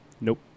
Nope